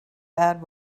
bad